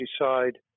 decide